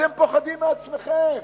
אתם פוחדים מעצמכם.